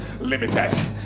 limited